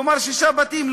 כלומר שישה בתים,